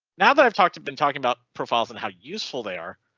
now that i've talked to been talking about profiles on how useful they are.